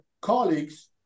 colleagues